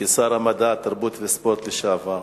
כשר המדע, התרבות והספורט לשעבר.